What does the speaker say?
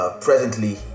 Presently